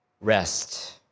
rest